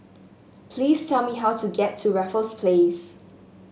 please tell me how to get to Raffles Place